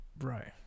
Right